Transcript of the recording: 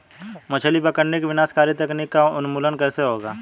मछली पकड़ने की विनाशकारी तकनीक का उन्मूलन कैसे होगा?